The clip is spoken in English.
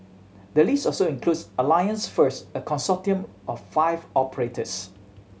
the list also includes Alliance First a consortium of five operators